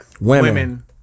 women